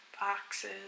boxes